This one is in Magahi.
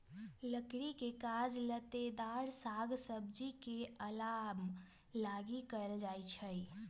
लकड़ी के काज लत्तेदार साग सब्जी के अलाम लागी कएल जाइ छइ